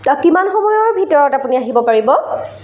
অঁ কিমান সময়ৰ ভিতৰত আপুনি আহিব পাৰিব